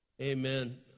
Amen